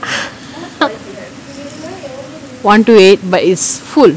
one two eight but it's full